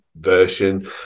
version